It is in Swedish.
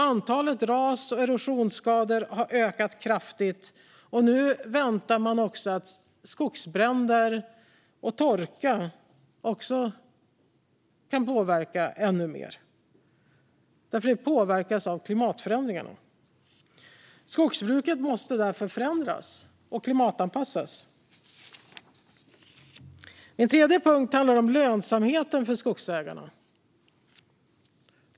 Antalet ras och erosionsskador har ökat kraftigt. Torka och skogsbränder väntas påverka ännu mer. Skogsbruket påverkas av klimatförändringarna. Det måste därför förändras och klimatanpassas. En tredje punkt handlar om lönsamheten för skogsägarna.